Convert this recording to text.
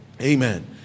Amen